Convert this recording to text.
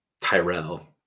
Tyrell